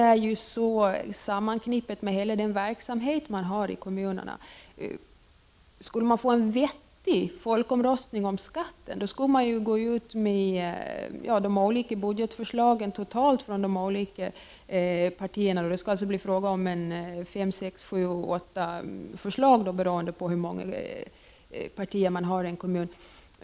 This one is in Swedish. Frågan är nära förknippad med all verksamhet som bedrivs i kommunerna. För att få till stånd en vettig folkomröstning om skatten skulle man gå ut med alla de olika budgetförslagen från partierna, och det skulle bli fråga om fem, sex, sju, eller åtta olika förslag, beroende på hur många partier det finns i en kommun.